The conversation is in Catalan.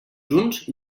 junts